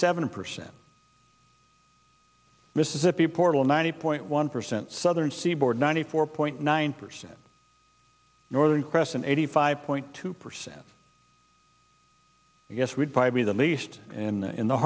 seven percent mississippi portal ninety point one percent southern seaboard ninety four point nine percent northern crescent eighty five point two percent i guess would by be the least and in the